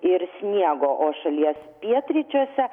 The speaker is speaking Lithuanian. ir sniego o šalies pietryčiuose